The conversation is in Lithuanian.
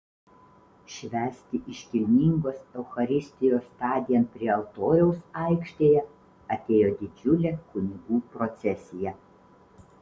švęsti iškilmingos eucharistijos tądien prie altoriaus aikštėje atėjo didžiulė kunigų procesija